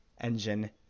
Engine